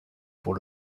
pour